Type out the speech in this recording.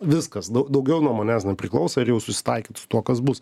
viskas daugiau nuo manęs priklauso ir jau susitaikyt su tuo kas bus